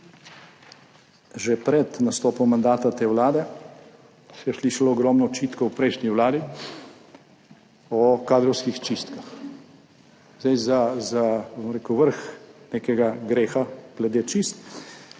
Že pred nastopom mandata te vlade se je slišalo ogromno očitkov prejšnji vladi o kadrovskih čistkah. Za vrh nekega greha glede čistk